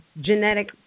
genetic